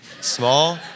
Small